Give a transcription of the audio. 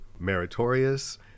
meritorious